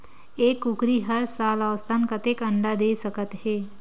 एक कुकरी हर साल औसतन कतेक अंडा दे सकत हे?